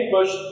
Push